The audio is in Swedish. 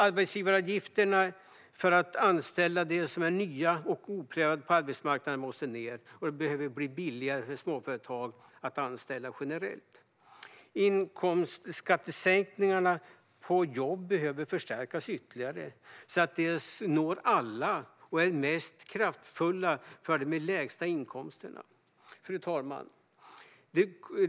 Arbetsgivaravgifterna för att anställa dem som är nya och oprövade på arbetsmarknaden måste ned, och det behöver bli billigare för småföretag att anställa generellt. Inkomstskattesänkningarna för jobb behöver förstärkas ytterligare så att de når alla och är mest kraftfulla för dem med de lägsta inkomsterna. Fru talman!